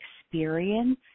experience